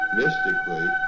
mystically